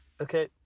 Okay